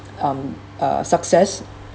um uh success